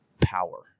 power